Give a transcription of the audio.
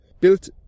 Built